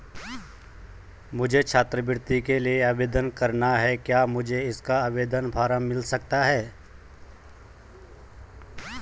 मुझे छात्रवृत्ति के लिए आवेदन करना है क्या मुझे इसका आवेदन फॉर्म मिल सकता है?